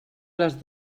les